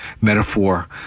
metaphor